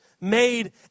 made